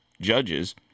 judges